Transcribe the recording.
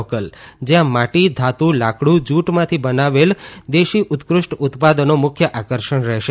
vocal for local જ્યાં માટી ધાતુ લાકડું જૂટમાંથી બનાવેલ દેશી ઉત્કૃષ્ઠ ઉત્પાદનો મુખ્ય આકર્ષણ રહેશે